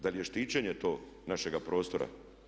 Da li je štićenje to našega prostora?